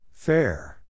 Fair